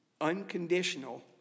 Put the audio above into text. unconditional